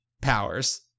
powers